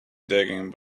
digging